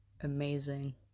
amazing